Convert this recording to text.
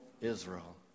Israel